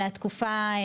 על התקופה,